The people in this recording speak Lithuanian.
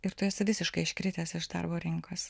ir tu esi visiškai iškritęs iš darbo rinkos